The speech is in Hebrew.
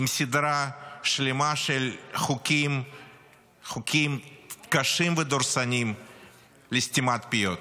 עם סדרה שלמה של חוקים קשים ודורסניים לסתימת פיות.